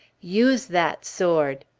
use that sword!